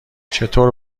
چطور